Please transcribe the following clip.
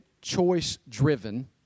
choice-driven